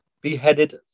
beheaded